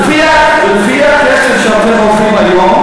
לפי הקצב שאתם הולכים בו היום,